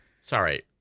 Sorry